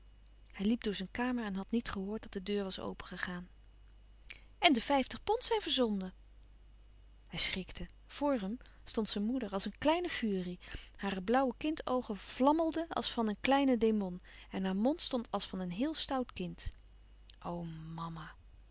hij liep door zijn kamer en had niet gehoord dat de deur was opengegaan en de vijftig pond zijn verzonden hij schrikte voor hem stond zijn moeder als een kleine furie hare blauwe kind oogen vlammelden als van een kleinen demon en haar mond stond als van een heel stout kind o mama